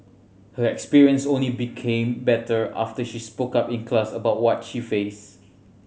her experience only became better after she spoke up in class about what she faced